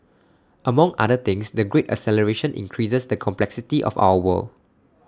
among other things the great acceleration increases the complexity of our world